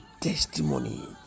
testimony